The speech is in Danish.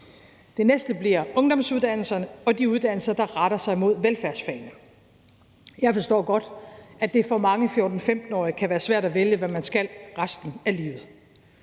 Det næste bliver ungdomsuddannelserne og de uddannelser, der retter sig mod velfærdsfagene. Jeg forstår godt, at det for mange 14-15-årige kan være svært at vælge, hvad man skal resten af livet.